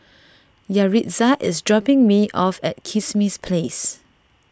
Yaritza is dropping me off at Kismis Place